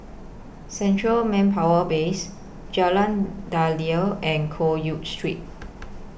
Central Manpower Base Jalan Daliah and Loke Yew Street